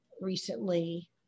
recently